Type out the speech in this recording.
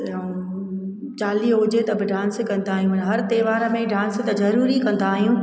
ऐं चालीहो हुजे त बि डांस कंदा आहियूं हर तोहार में डांस त ज़रूरी कंदा आहियूं